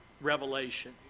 revelation